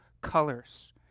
colors